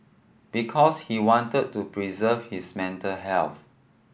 because he wanted to preserve his mental health